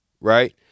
right